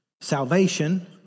salvation